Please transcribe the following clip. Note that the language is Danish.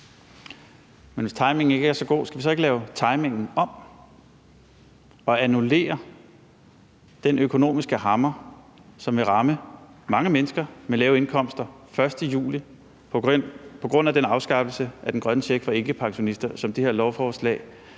Men hvis timingen ikke er så god, skal vi så ikke lave timingen om og annullere den økonomiske hammer, som vil ramme mange mennesker med lave indkomster den 1. juli på grund af den afskaffelse af den grønne check for ikkepensionister, som det her lovforslag